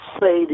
say